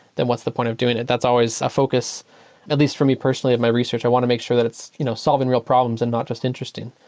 then what's the point of doing it? that's always a focus at least for me personally of my research. i want to make sure that it's you know solving real problems and not just interesting.